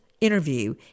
interview